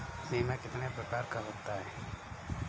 बीमा कितने प्रकार का होता है?